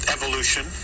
Evolution